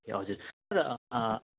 ए हजुर सर